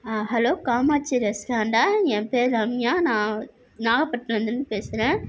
ஆ hello Kamakshi ரெஸ்டாரண்டா என் பேர் ரம்யா நான் நாகப்பட்டினத்துலேந்து பேசுகிறேன்